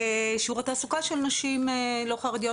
שיעור התעסוקה של נשים לא חרדיות,